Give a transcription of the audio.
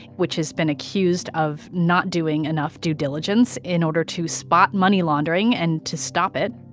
which has been accused of not doing enough due diligence in order to spot money laundering and to stop it.